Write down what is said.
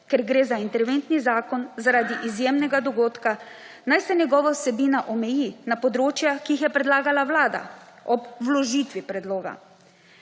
ker gre za interventni zakon zaradi izjemnega dogodka, naj se njegova vsebina omeji na področja, ki jih je predlagala vlada ob vložitvi predloga.